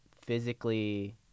physically